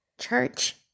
church